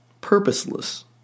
purposeless